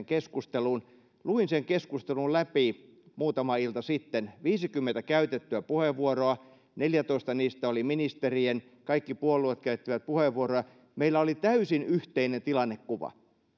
keskustelun luin sen keskustelun läpi muutama ilta sitten viisikymmentä käytettyä puheenvuoroa neljätoista niistä oli ministerien kaikki puolueet käyttivät puheenvuoroja meillä oli täysin yhteinen tilannekuva